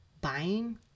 buying